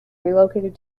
relocated